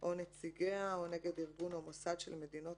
או נציגיה או נגד ארגון או מוסד של מדינות